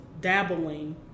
dabbling